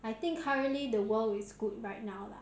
I think currently the world is good right now lah